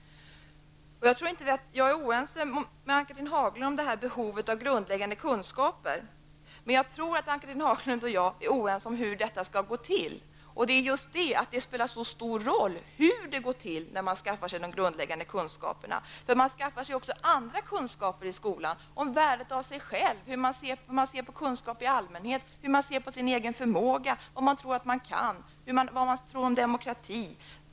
Jag tror inte att Ann-Cathrine Haglund och jag är oense om behovet av grundläggande kunskaper, men jag tror att Ann-Cathrine Haglund och jag är oense om hur inhämtandet av baskunskaperna skall gå till. Det spelar ju så stor roll hur det går till när man skaffar sig de grundläggande kunskaperna, för man skaffar sig också andra kunskaper i skolan -- om värdet av sig själv, hur man ser på kunskaperna i allmänhet, hur man ser på sin egen förmåga, vad man tror att man kan, vad man tror om demokrati osv.